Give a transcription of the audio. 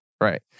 Right